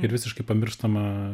ir visiškai pamirštama